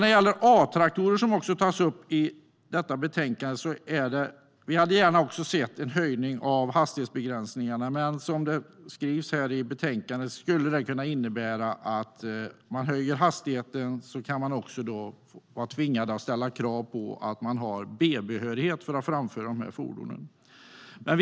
När det gäller A-traktorer, som också tas upp i betänkandet, hade vi gärna sett en höjning av hastighetsbegränsningarna, men som det skrivs i betänkandet skulle det kunna innebära att man blir tvungen att ställa krav på B-behörighet för att framföra de här fordonen.